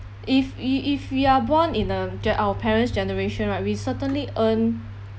if we if we are born in uh ge~ our parents' generation right we certainly earned